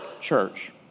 church